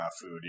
food